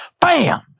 Bam